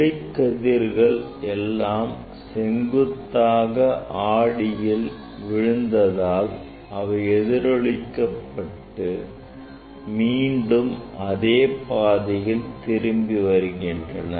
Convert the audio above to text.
ஒளிக் கதிர்கள் எல்லாம் செங்குத்தாக ஆடியில் விழுந்தால் அவை எதிரொளிக்கப்பட்டு மீண்டும் அதே பாதையில் திரும்பி வருகின்றன